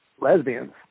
lesbians